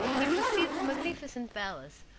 he perceived a magnificent palace,